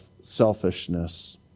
selfishness